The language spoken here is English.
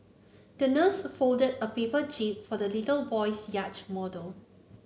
the nurse folded a paper jib for the little boy's yacht model